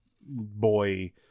boy